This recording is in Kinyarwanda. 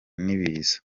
n’ibiza